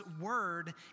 word